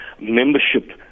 membership